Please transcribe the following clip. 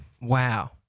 wow